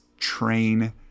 train